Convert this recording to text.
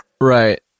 Right